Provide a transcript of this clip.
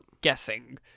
Guessing